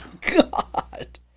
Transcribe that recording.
God